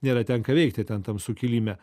nėra ten ką veikti ten tam sukilime